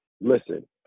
Listen